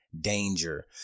danger